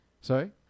Sorry